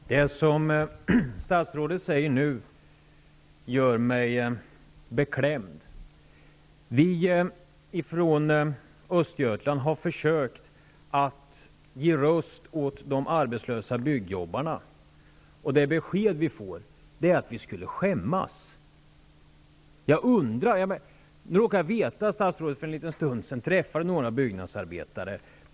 Herr talman! Det som statsråden nu säger gör mig beklämd. Vi från Östergötland har försökt ge röst åt de arbetslösa byggjobbarna. Det besked som vi får är att vi skall skämmas. Jag råkar veta att statsrådet för en liten stund sedan träffade några byggnadsarbetare.